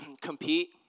compete